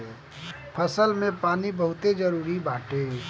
फसल में पानी बहुते जरुरी बाटे